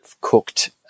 cooked